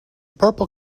purple